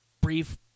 brief